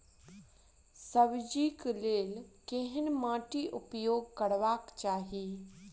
सब्जी कऽ लेल केहन माटि उपयोग करबाक चाहि?